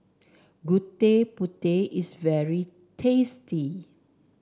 Gudeg Putih is very tasty